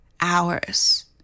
hours